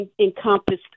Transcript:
encompassed